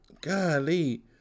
Golly